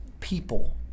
people